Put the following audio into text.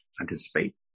anticipate